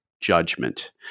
judgment